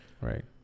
Right